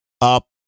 up